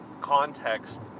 context